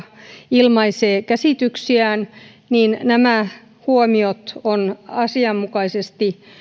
ilmaisee käsityksiään niin nämä huomiot on asianmukaisesti